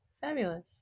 Fabulous